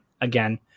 again